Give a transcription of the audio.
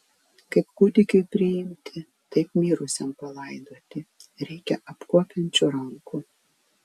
kaip kūdikiui priimti taip mirusiam palaidoti reikia apkuopiančių rankų